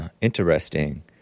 interesting